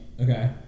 Okay